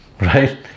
right